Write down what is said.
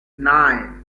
nine